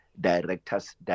director's